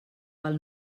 pel